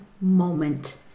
moment